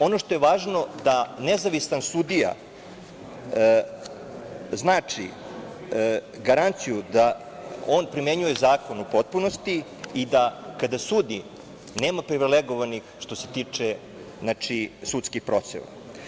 Ono što je važno da nezavisan sudija znači garanciju da on primenjuje zakon u potpunosti i da kada sudi nema privilegovanih što se tiče sudskih procena.